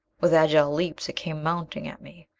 with agile leaps, it came mounting at me!